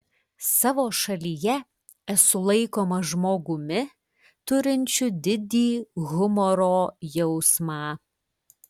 savo šalyje esu laikomas žmogumi turinčiu didį humoro jausmą